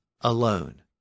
alone